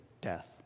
death